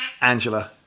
Angela